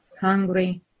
hungry